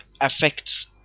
affects